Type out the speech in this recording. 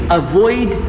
avoid